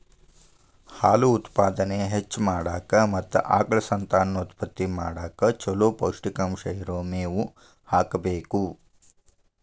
ಹಾಲು ಉತ್ಪಾದನೆ ಹೆಚ್ಚ್ ಮಾಡಾಕ ಮತ್ತ ಆಕಳ ಸಂತಾನೋತ್ಪತ್ತಿ ಮಾಡಕ್ ಚೊಲೋ ಪೌಷ್ಟಿಕಾಂಶ ಇರೋ ಮೇವು ಹಾಕಬೇಕು